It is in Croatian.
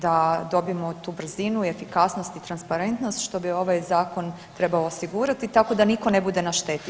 Da dobijemo tu brzinu, efikasnost i transparentnost što bi ovaj zakon trebao osigurati tako da nitko ne bude na šteti.